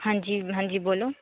ਹਾਂਜੀ ਹਾਂਜੀ ਬੋਲੋ